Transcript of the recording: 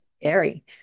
scary